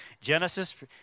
Genesis